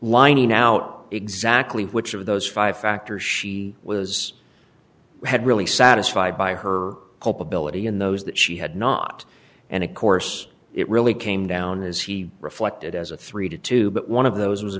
lining out exactly which of those five factors she was had really satisfied by her culpability in those that she had not and of course it really came down as he reflected as a three to two but one of those was a